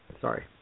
sorry